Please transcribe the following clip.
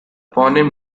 toponym